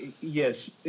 Yes